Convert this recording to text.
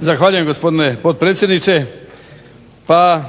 Zahvaljujem gospodine potpredsjedniče. Pa